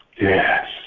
Yes